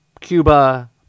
Cuba